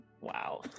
Wow